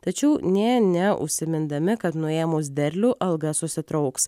tačiau nė neužsimindami kad nuėmus derlių alga susitrauks